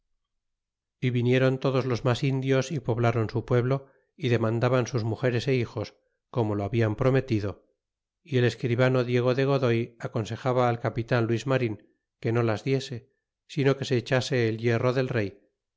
y vinieron todos los mas indios y poblron su pueblo y demandaban sus mugeres é hijos como lo habla prometido y el escribano diego de godoy aconsejaba al capitan luis marin que no las diese sino que se echase el hierro del rey